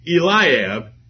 Eliab